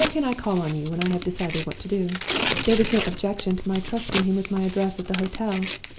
where can i call on you when i have decided what to do there was no objection to my trusting him with my address at the hotel.